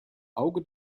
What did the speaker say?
auge